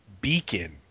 beacon